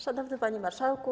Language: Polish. Szanowny Panie Marszałku!